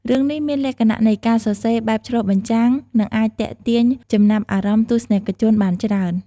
រឿងនេះមានលក្ខណៈនៃការសរសេរបែបឆ្លុះបញ្ចាំង និងអាចទាក់ទាញចំណាប់អារម្មណ៍ទស្សនិកជនបានច្រើន។